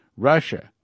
Russia